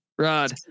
Rod